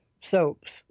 soaps